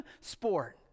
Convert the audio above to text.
sport